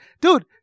Dude